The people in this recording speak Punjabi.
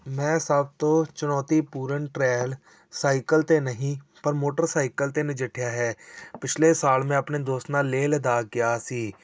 ਮੈਂ ਸਭ ਤੋਂ ਚੁਣੌਤੀਪੂਰਨ ਟ੍ਰੈਲ ਸਾਈਕਲ 'ਤੇ ਨਹੀਂ ਪਰ ਮੋਟਰਸਾਈਕਲ 'ਤੇ ਨਜਿੱਠਿਆ ਹੈ ਪਿਛਲੇ ਸਾਲ ਮੈਂ ਆਪਣੇ ਦੋਸਤ ਨਾਲ ਲੇਹ ਲਦਾਖ ਗਿਆ ਸੀ